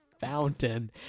fountain